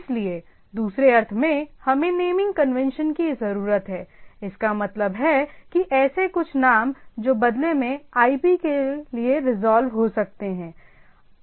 इसलिए दूसरे अर्थ में हमें नेमइंग कन्वेंशन की जरूरत है इसका मतलब है कि ऐसे कुछ नाम जो बदले में आईपी के लिए रिजॉल्व हो सकते हैं